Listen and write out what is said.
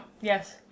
Yes